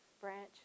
branch